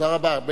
תודה רבה.